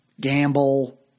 gamble